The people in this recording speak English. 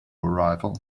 arrival